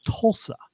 Tulsa